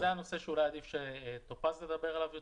זה נושא שאולי עדיף שטופז תדבר עליו יותר.